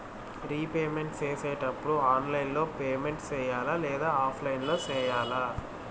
repayment సేసేటప్పుడు online లో payment సేయాలా లేదా ఆఫ్లైన్ లో సేయాలా